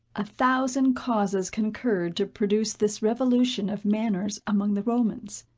a thousand causes concurred to produce this revolution of manners among the romans.